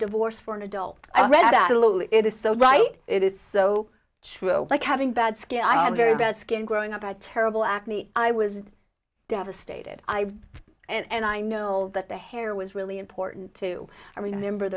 divorce for an adult i read that it is so right it is so true like having bad skin i am very bad skin growing up i terrible acne i was devastated i and i know that the hair was really important to remember